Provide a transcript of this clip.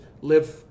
live